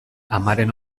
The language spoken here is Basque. amaren